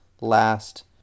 last